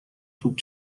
توپ